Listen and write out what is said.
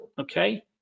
Okay